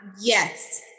Yes